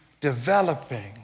developing